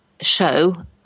show